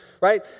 Right